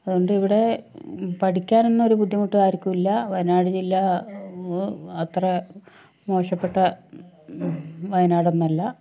അതുകൊണ്ട് ഇവിടെ പഠിക്കാനൊന്നും ഒരു ബുദ്ധിമുട്ടും ആർക്കും ഇല്ല വയനാട് ജില്ല അത്ര മോശപ്പെട്ട വയനാടൊന്നുമല്ല